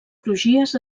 crugies